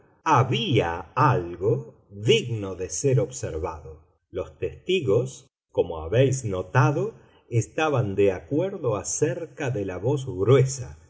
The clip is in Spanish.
había algo digno de ser observado los testigos como habéis notado estaban de acuerdo acerca de la voz gruesa